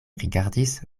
rigardis